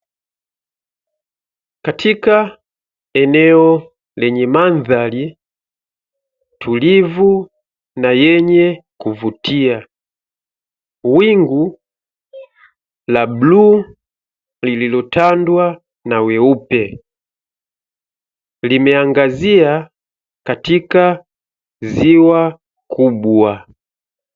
Katika eneo lenye mandhari tulivu na yenye kuvutia. Wingu la buluu lililotandwa na weupe, limeangazia katika ziwa kubwa.